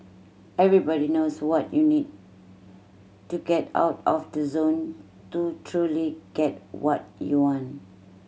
everybody knows what you need to get out of the zone to truly get what you want